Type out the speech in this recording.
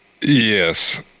Yes